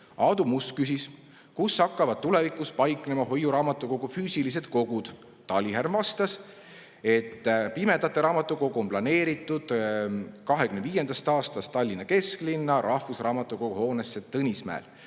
Aadu Must küsis, kus hakkavad tulevikus paiknema hoiuraamatukogu füüsilised kogud. Talihärm vastas, et pimedate raamatukogu on planeeritud 2025. aastast Tallinna kesklinnas Tõnismäel